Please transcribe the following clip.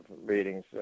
readings